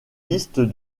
liste